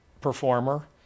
performer